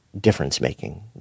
difference-making